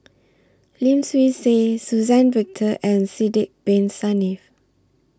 Lim Swee Say Suzann Victor and Sidek Bin Saniff